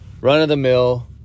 run-of-the-mill